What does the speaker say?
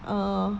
err